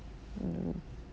mm